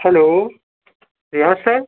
hello Riyaz سر